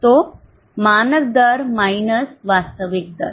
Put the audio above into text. तो मानक दर वास्तविक दर